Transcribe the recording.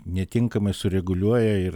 netinkamai sureguliuoja ir